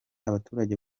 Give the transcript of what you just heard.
abaturage